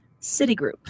Citigroup